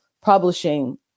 publishing